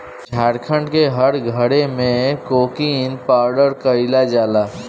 झारखण्ड के हर घरे में कोकून पालन कईला जाला